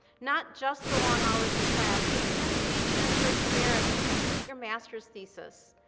not just the long hours in class, but the dedication and perseverance to complete your master's thesis,